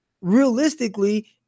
realistically